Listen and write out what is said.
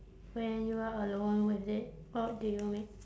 when you are alone with it what do you make